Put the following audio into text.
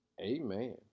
Amen